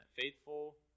faithful